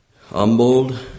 humbled